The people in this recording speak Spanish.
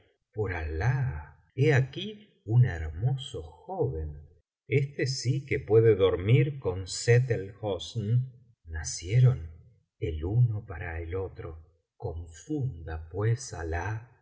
por alah he aquí un hermoso joven éste sí que puede dormir con sett el hosn nacieron el uno para el otro confunda pues alah á